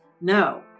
No